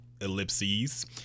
ellipses